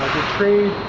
tree